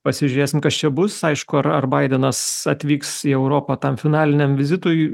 pasižiūrėsim kas čia bus aišku ar ar baidenas atvyks į europą tam finaliniam vizitui